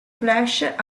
flash